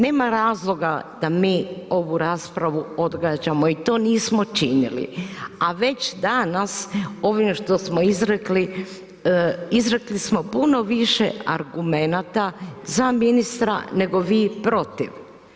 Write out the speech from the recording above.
Nema razloga da mi ovu raspravu odgađamo i to nismo činili, a već danas ovim što smo izrekli, izrekli smo puno više argumenata za ministra nego vi protiv.